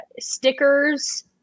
stickers